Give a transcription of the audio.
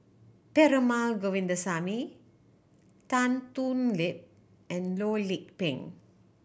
Perumal Govindaswamy Tan Thoon Lip and Loh Lik Peng